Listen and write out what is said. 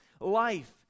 life